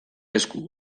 esku